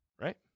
right